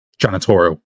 janitorial